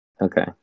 Okay